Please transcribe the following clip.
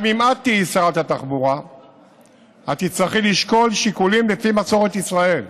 גם אם את תהיי שרת התחבורה תצטרכי לשקול שיקולים לפי מסורת ישראל,